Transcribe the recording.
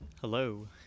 Hello